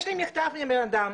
יש לי מכתב מבן אדם,